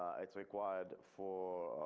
it's required for.